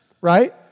right